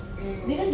mm